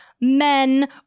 men